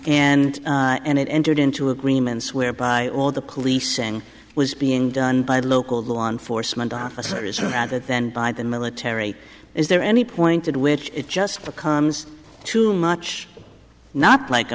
and and it entered into agreements whereby all the police and was being done by local law enforcement officers around it then by the military is there any point at which it just becomes too much not like a